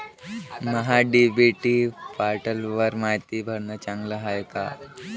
महा DBT पोर्टलवर मायती भरनं चांगलं हाये का?